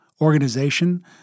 organization